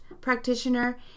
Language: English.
practitioner